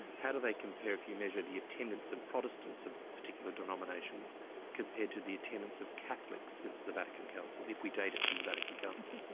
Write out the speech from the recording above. how do they compare if you measure the attendance of protestants of particular denominations compared to the attendance of catholics since the vatican council if we date it from the vatican council?